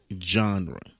genre